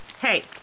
Hey